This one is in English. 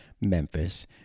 Memphis